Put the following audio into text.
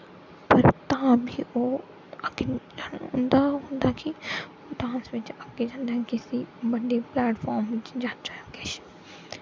पर तां बी ओह् अग्गें उंदा होंदा कि डांस बिच्च अग्गें जंदे न किसी बड्डे प्लेटफार्म उप्पर जाचै ओर किश न